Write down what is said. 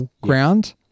ground